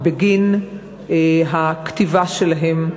בגין הכתיבה שלהם,